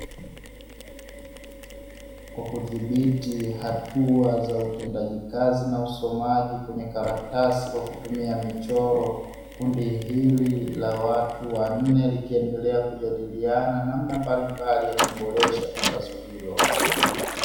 Kwa kudhibiti hatua za utendaji kazi na usomaji kwenye karatasi kwa kutumia michoro, kundi hili la watu wanne likiendelea kujadiliana namna mbalimbali ya kuboresha tangazo hilo.